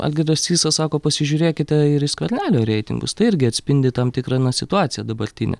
algirdas sysas sako pasižiūrėkite ir į skvernelio reitingus tai irgi atspindi tam tikrą na situaciją dabartinę